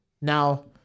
Now